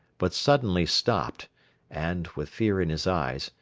but suddenly stopped and, with fear in his eyes,